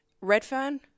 Redfern